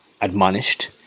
admonished